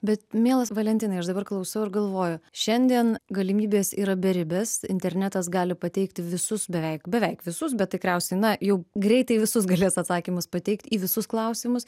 bet mielas valentinai aš dabar klausau ir galvoju šiandien galimybės yra beribės internetas gali pateikti visus beveik beveik visus bet tikriausiai na jau greitai visus galės atsakymus pateikt į visus klausimus